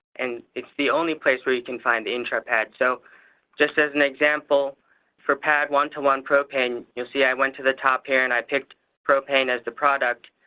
and it's the only place where you can find the intra-padds. so just as an example for padd one to one propane, you'll see i went to the top here, and i picked propane as the product.